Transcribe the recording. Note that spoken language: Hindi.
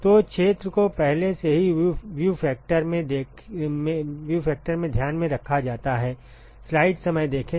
तो क्षेत्र को पहले से ही व्यू फैक्टर में ध्यान में रखा जाता है